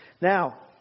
Now